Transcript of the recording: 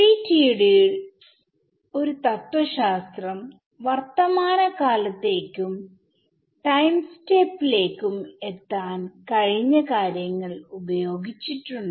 FDTD യുടെ തത്വശാസ്ത്രം വർത്തമാന കാലത്തേക്കും ടൈം സ്റ്റെപ് ലേക്കും എത്താൻ കഴിഞ്ഞ കാര്യങ്ങൾ ഉപയോഗിച്ചിട്ടുണ്ട്